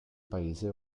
paese